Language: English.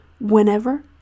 whenever